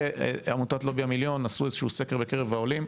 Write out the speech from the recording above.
עמותת לובי המיליון עשו איזשהו סקר בקרב העולים,